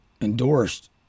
endorsed